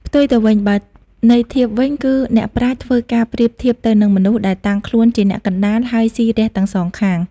ផ្ទុយទៅវិញ បើន័យធៀបវិញគឺអ្នកប្រាជ្ញធ្វើការប្រៀបធៀបទៅនឹងមនុស្សដែលតាំងខ្លួនជាអ្នកកណ្ដាល ហើយស៊ីរះទាំងសងខាង ។